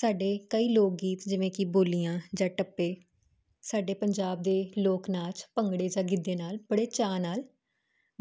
ਸਾਡੇ ਕਈ ਲੋਕ ਗੀਤ ਜਿਵੇਂ ਕਿ ਬੋਲੀਆਂ ਜਾਂ ਟੱਪੇ ਸਾਡੇ ਪੰਜਾਬ ਦੇ ਲੋਕ ਨਾਚ ਭੰਗੜੇ ਜਾਂ ਗਿੱਧ ਨਾਲ ਬੜੇ ਚਾਅ ਨਾਲ